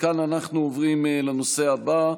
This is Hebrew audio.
מכאן אנחנו עוברים לנושא הבא: